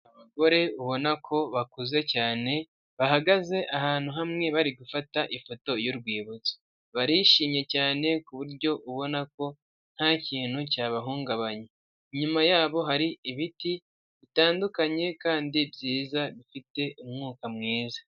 Abagore ubona ko bakuze cyane bahagaze ahantu hamwe bari gufata ifoto y'urwibutso, barishimye cyane ku buryo ubona ko nta kintu cyabahungabanya nyuma yabo hari ibiti bitandukanye kandi byiza dufite umwuka mwiza .